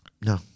No